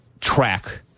track